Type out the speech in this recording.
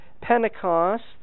Pentecost